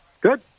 Good